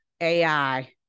AI